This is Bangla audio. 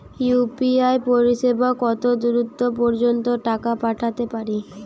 ইউ.পি.আই পরিসেবা কতদূর পর্জন্ত টাকা পাঠাতে পারি?